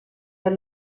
per